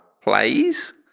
plays